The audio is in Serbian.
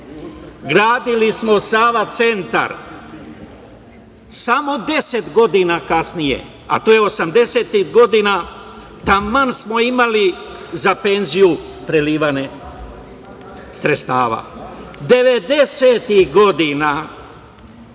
gradili smo Sava centar. Samo deset godina kasnije, a to je 80-ih godina, taman smo imali za penziju priliv sredstava. Dalje, 90-ih godina